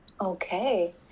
Okay